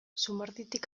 zumarditik